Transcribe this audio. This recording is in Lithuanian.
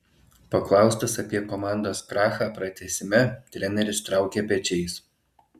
paklaustas apie komandos krachą pratęsime treneris traukė pečiais